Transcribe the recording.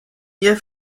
ihr